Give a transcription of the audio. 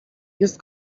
jest